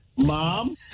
Mom